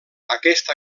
aquest